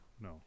no